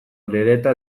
orereta